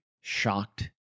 shocked